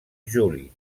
juli